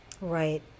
Right